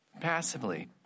Passively